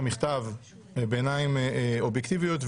אתה קראת את המכתב בעיניים אובייקטיביות,